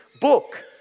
book